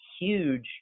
huge